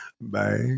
Bye